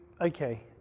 okay